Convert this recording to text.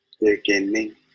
beginning